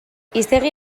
hiztegi